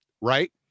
right